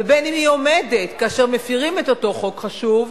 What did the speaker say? ובין שהיא עומדת, כאשר מפירים את אותו חוק חשוב,